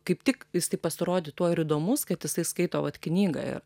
kaip tik jisai pasirodė tuo ir įdomus kad jisai skaito vat knygą ir